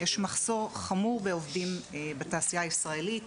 יש מחסור חמור בעובדים בתעשייה הישראלית,